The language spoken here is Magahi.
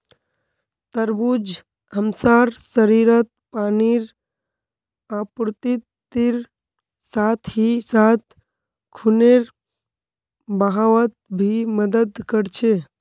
तरबूज हमसार शरीरत पानीर आपूर्तिर साथ ही साथ खूनेर बहावत भी मदद कर छे